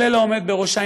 כולל העומד בראשה,